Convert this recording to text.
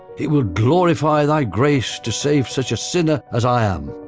it will glorify thy grace to save such a sinner as i am.